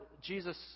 Jesus